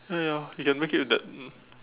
uh ya you can make it with that mm